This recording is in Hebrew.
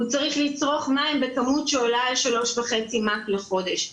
הוא צריך לצרוך מים בכמות שעולה על 3.5 מ"ק לחודש,